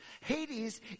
Hades